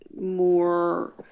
more